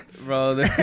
bro